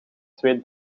twee